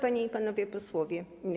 Panie i Panowie Posłowie!